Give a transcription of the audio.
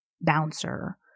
bouncer